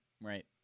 Right